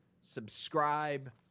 Subscribe